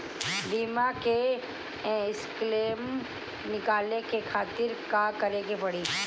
बीमा के क्लेम निकाले के खातिर का करे के पड़ी?